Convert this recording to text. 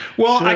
well,